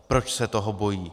Proč se toho bojí?